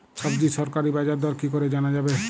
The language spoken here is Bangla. সবজির সরকারি বাজার দর কি করে জানা যাবে?